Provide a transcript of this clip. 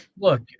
look